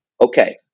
okay